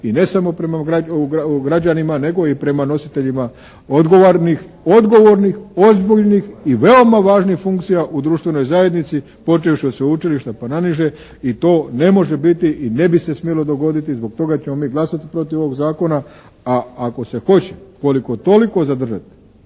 i ne samo prema građanima nego i prema nositeljima odgovornih, ozbiljnih i veoma važnih funkcija u društvenoj zajednici počevši od sveučilišta pa naniže i to ne može biti i ne bi se smjelo dogoditi. Zbog toga ćemo mi glasati protiv ovog zakona. A ako se hoće koliko toliko zadržati